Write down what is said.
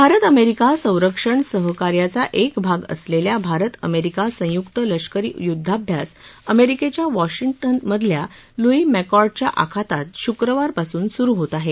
Bharat America संरक्षण सहकार्याचा एक भाग असलेल्या भारत अमेरिका संयुक्त लष्करी युध्दाभ्यास अमेरिकेच्या वॉशिंग्टन मधल्या लुई मॅक्कॉर्ड च्या आखातात शुक्रवार पासून सुरु होत आहे